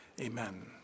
amen